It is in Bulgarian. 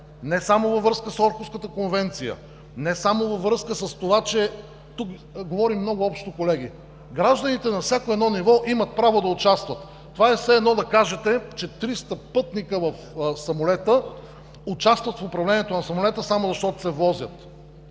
не само във връзка с Орхуската конвенция, не само във връзка с това, че, тук говорим много общо колеги, гражданите на всяко едно ниво имат право да участват. Това е все едно да кажете, че 300 пътници в самолета участват в управлението на самолета само защото се возят.